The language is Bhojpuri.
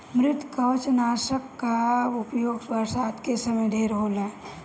मृदुकवचनाशक कअ उपयोग बरसात के समय ढेर होला